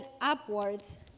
upwards